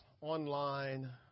online